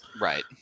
right